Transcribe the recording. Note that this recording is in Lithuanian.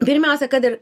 pirmiausia tai kad